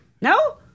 no